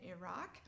Iraq